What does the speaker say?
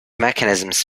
mechanisms